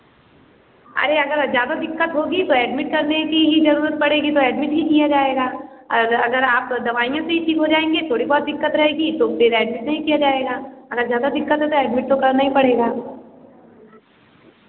अरे अगर ज़्यादा दिक्कत होगी तो एडमिट करने की ही ज़रूरत पड़ेगी तो एडमिट ही किया जाएगा और अगर आप दवाइयों से ही ठीक हो जाएँगे थोड़ी बहुत दिक्कत रहेगी तो फिर एडमिट नहीं किया जाएगा अगर ज़्यादा दिक्कत होता है एडमिट तो करना ही पड़ेगा